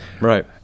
Right